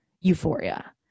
euphoria